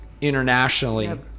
internationally